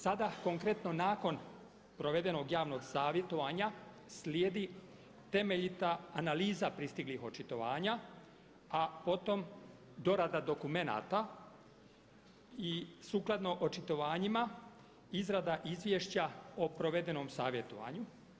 Sada konkretno nakon provedenog javnog savjetovanja slijedi temeljita analiza pristiglih očitovanja a potom dorada dokumenata i sukladno očitovanjima izrada izvješća o provedenom savjetovanju.